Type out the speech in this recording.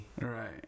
Right